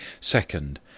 Second